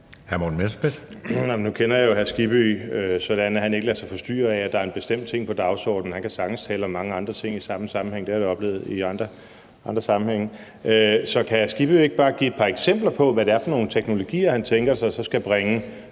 Hans Kristian Skibby sådan, at han ikke lader sig forstyrre af, at der er en bestemt ting på dagsordenen. Han kan sagtens tale om mange andre ting i sammenhængen; det har jeg da oplevet i andre sammenhænge. Så kan hr. Hans Kristian Skibby ikke bare give et par eksempler på, hvad det er for nogle teknologier, han tænker sig så skal bringe